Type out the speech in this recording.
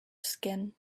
skin